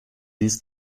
dies